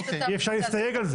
אי-אפשר להסתייג על זה.